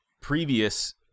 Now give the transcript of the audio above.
previous